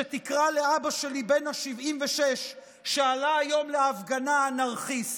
שתקרא לאבא שלי בן ה-76 שעלה היום להפגנה "אנרכיסט"?